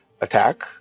attack